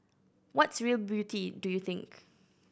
what's real beauty do you think